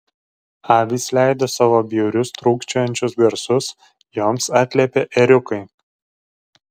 avys leido savo bjaurius trūkčiojančius garsus joms atliepė ėriukai